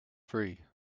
free